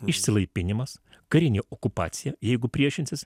išsilaipinimas karinė okupacija jeigu priešinsis